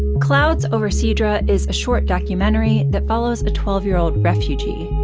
clouds over sidra is a short documentary that follows a twelve year old refugee.